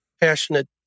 passionate